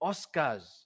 Oscars